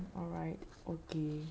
alright okay